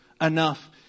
enough